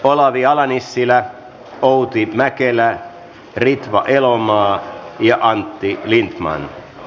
olavi ala nissilä outi mäkelä ritva elomaa ja antti lindtman